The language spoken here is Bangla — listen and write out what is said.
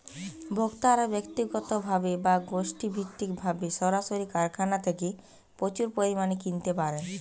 ভোক্তারা ব্যক্তিগতভাবে বা গোষ্ঠীভিত্তিকভাবে সরাসরি কারখানা থেকে প্রচুর পরিমাণে কিনতে পারেন